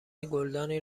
گلدانی